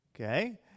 Okay